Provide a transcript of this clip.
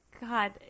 God